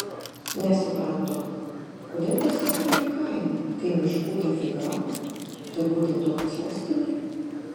nesuprantu kodėl pas juos tokia kaina kai miškų dafiga turbūt dėl to kad sostinė